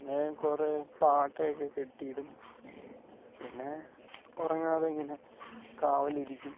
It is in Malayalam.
പിന്നെ കുറെ പാട്ടയെക്കെ കെട്ടിയിടും പിന്നെ ഉറങ്ങാതെ ഇങ്ങനെ കാവലിരിക്കും